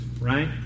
right